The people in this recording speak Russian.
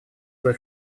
свой